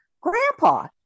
Grandpa